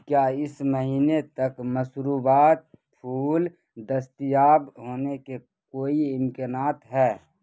کیا اس مہینے تک مشروبات پھول دستیاب ہونے کے کوئی امکنات ہے